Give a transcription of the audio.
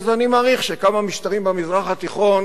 אני מעריך שכמה משטרים במזרח התיכון